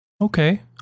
Okay